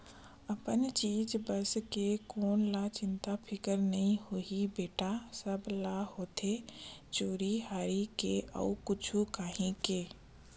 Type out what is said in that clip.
अपन चीज बस के कोन ल चिंता फिकर नइ होही बेटा, सब ल होथे चोरी हारी के अउ कुछु काही के